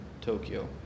Tokyo